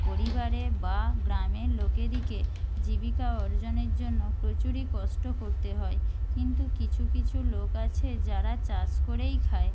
পরিবারে বা গ্রামে লোকেদিকে জীবিকা অর্জনের জন্য প্রচুরই কষ্ট করতে হয় কিন্তু কিছু কিছু লোক আছে যারা চাষ করেই খায়